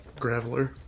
Graveler